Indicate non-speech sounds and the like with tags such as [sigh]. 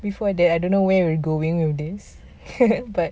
before they I don't know where we're going with this [laughs] but